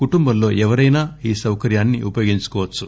కుటుంబంలో ఎవరైనా ఈ సౌకర్యాన్ని ఉపయోగించుకోవచ్చు